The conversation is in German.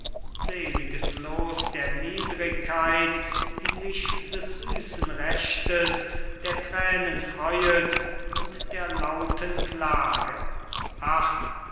sel'ges loos der niedrigkeit die sich des süßen rechtes der thränen freuet und der lauten klage ach